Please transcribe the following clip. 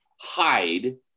hide